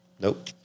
Nope